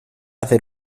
hacer